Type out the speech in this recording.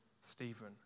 Stephen